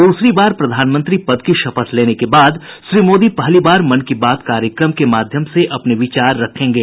दूसरी बार प्रधानमंत्री पद की शपथ लेने के बाद श्री मोदी पहली बार मन की बात कार्यक्रम के माध्यम से अपने विचार रखेंगे